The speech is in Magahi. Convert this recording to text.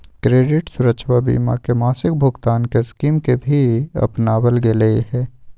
क्रेडित सुरक्षवा बीमा में मासिक भुगतान के स्कीम के भी अपनावल गैले है